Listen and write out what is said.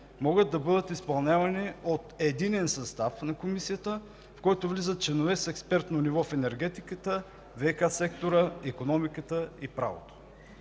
могат да бъдат изпълнявани от единен състав на Комисията, в който влизат членове с експертно ниво в енергетиката, ВиК сектора, икономиката и правото.